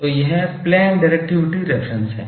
तो यह plane directivity reference है